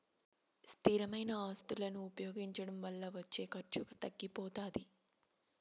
స్థిరమైన ఆస్తులను ఉపయోగించడం వల్ల వచ్చే ఖర్చు తగ్గిపోతాది